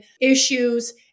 issues